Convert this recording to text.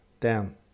Down